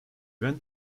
went